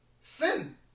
sin